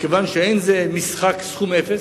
מכיוון שאין זה משחק סכום אפס: